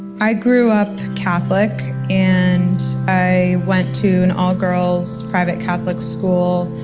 i grew up catholic, and i went to an all-girls private catholic school.